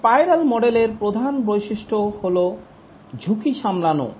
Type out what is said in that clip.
spiral মডেলের প্রধান বৈশিষ্ট্য হল ঝুঁকি সামলানো